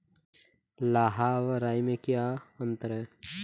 लाह व राई में क्या अंतर है?